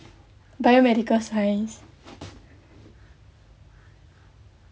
biomedical science